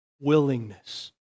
willingness